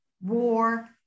war